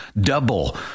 Double